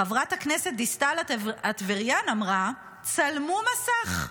חברת הכנסת דיסטל אטבריאן אמרה: "צלמו מסך,